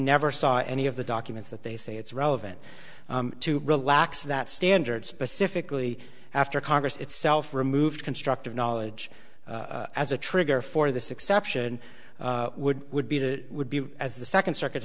never saw any of the documents that they say it's relevant to relax that standard specifically after congress itself removed constructive knowledge as a trigger for this exception would would be to it would be as the second circuit